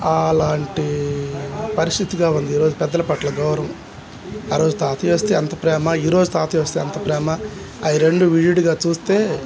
అలాంటి పరిస్థితిగా ఉంది ఈరోజు పెద్దల పట్ల గౌరవం ఆ రోజు తాతయ్య వస్తే అంత ప్రేమ ఈరోజు తాతయ్య వస్తే అంత ప్రేమ ఆ రెండు విడి వీడిగా చూస్తే